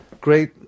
Great